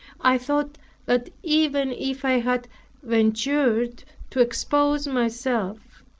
i thought that even if i had ventured to expose myself,